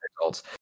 results